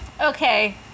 Okay